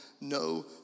no